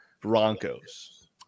Broncos